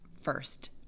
first